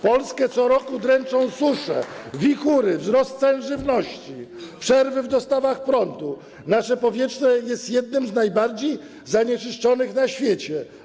Polskę co roku dręczą susze, wichury, mamy wzrost cen żywności, przerwy w dostawach prądu, nasze powietrze jest jednym z najbardziej zanieczyszczonych na świecie.